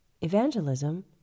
evangelism